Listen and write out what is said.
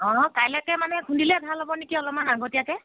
অঁ কাইলৈকে মানে খুন্দিলে ভাল হ'ব নেকি অলপমান আগতীয়াকৈ